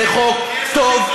זה חוק טוב,